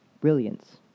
brilliance